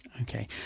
Okay